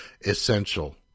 essential